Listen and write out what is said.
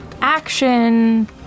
action